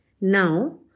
now